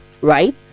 right